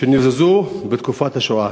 שנבזזו בתקופת השואה.